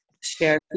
share